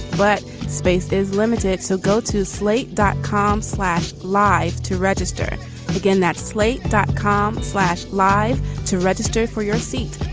but space is limited, so go to slate dot com slash live to register again. that's slate, dot com slash. live to register for your seat.